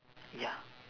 ya